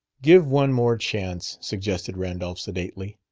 give one more chance, suggested randolph sedately.